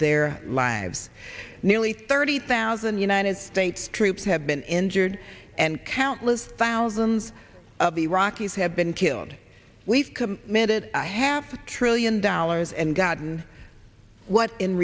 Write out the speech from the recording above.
their lives nearly thirty thousand united states troops have been injured and countless thousands of iraqis have been killed we've made it i have trillion dollars and gotten what in